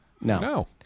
No